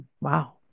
wow